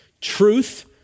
truth